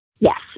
Yes